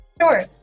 Sure